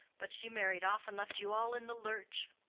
but she married off and left you all in the lurch.